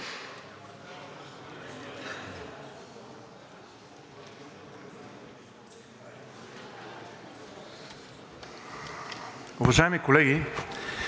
Уважаеми колеги,